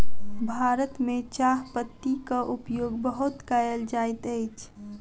भारत में चाह पत्तीक उपयोग बहुत कयल जाइत अछि